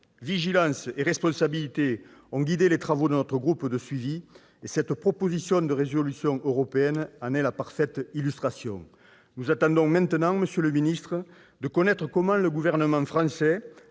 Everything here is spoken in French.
Vigilance et responsabilité ont guidé les travaux de notre groupe de suivi- cette proposition de résolution européenne en est la parfaite illustration. Nous attendons maintenant, monsieur le ministre, de savoir comment le Gouvernement entend